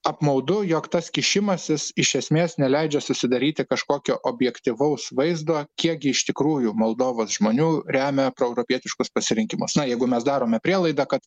apmaudu jog tas kišimasis iš esmės neleidžia susidaryti kažkokio objektyvaus vaizdo kiekgi iš tikrųjų moldovos žmonių remia proeuropietiškus pasirinkimus na jeigu mes darome prielaidą kad